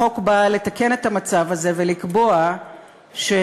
החוק בא לתקן את המצב הזה ולקבוע שכוחות